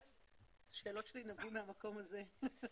השאלות שלי נבעו מהמקום הזה.